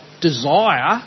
desire